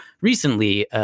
recently